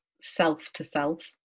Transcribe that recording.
self-to-self